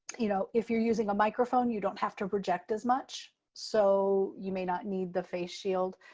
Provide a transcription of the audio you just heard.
you know if you're using a microphone, you don't have to project as much, so you may not need the face shield.